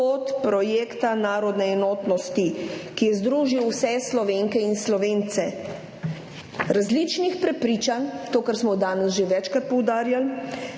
kot projekta narodne enotnosti, ki je združil vse Slovenke in Slovence različnih prepričanj, to, kar smo danes že večkrat poudarjali,